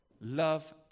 love